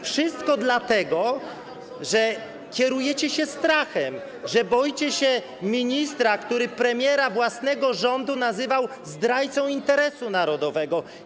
Wszystko dlatego, że kierujecie się strachem, że boicie się ministra, który premiera własnego rządu nazywał zdrajcą interesu narodowego.